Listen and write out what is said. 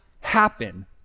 happen